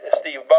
Steve